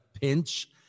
pinch